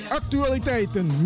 actualiteiten